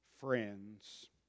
friends